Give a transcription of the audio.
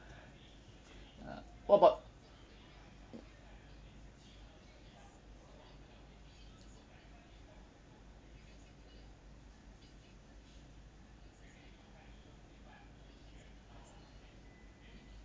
uh what about you